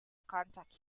contact